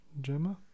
Gemma